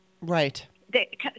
Right